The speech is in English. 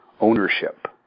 ownership